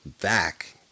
back